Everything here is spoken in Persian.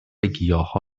گیاها